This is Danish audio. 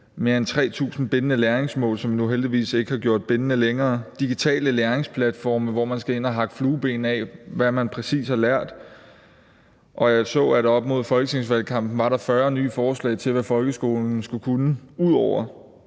mere end 3.000 bindende læringsmål, som nu heldigvis ikke er bindende længere, og digitale læringsplatforme, hvor man skal ind og hakke af med flueben, hvad man præcis har lært. Og jeg så, at der op mod folketingsvalgkampen var 40 nye forslag til, hvad folkeskolen skulle kunne ud over